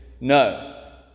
No